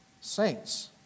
saints